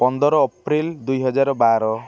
ପନ୍ଦର ଏପ୍ରିଲ ଦୁଇ ହଜାର ବାର